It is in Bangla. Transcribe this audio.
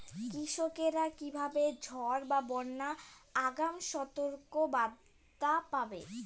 কৃষকেরা কীভাবে ঝড় বা বন্যার আগাম সতর্ক বার্তা পাবে?